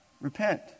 repent